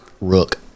Rook